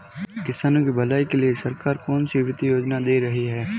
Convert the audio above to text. किसानों की भलाई के लिए सरकार कौनसी वित्तीय योजना दे रही है?